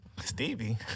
Stevie